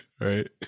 Right